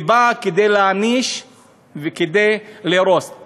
היא באה כדי להעניש וכדי להרוס.